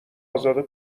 ازاده